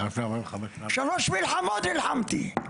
שלוש מלחמות נלחמתי,